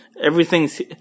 Everything's